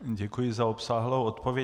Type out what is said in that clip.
Děkuji za obsáhlou odpověď.